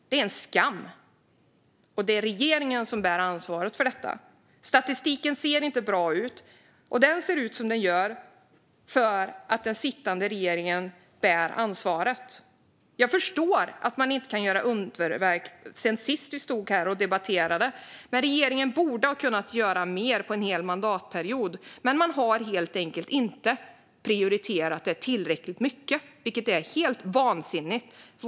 Det är en skam, och det är regeringen som bär ansvaret för detta. Statistiken ser inte bra ut, och att den ser ut som den gör bär sittande regering ansvar för. Jag förstår att man inte har kunnat göra underverk sedan sist vi stod här och debatterade, men regeringen borde ha kunnat göra mer på en hel mandatperiod. Man har dock helt enkelt inte prioriterat det tillräckligt mycket, vilket är helt vansinnigt.